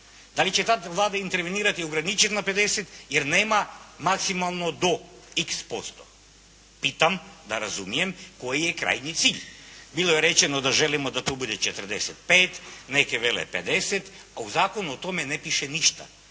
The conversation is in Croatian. Da li će tada Vlada intervenirati ograničeno na 50 jer nema maksimalnu dob x posto. Pitam da razumijem koji je krajnji cilj. Bilo je rečeno da tu bude 45, neki vele 50 a u zakonu o tome ne piše ništa.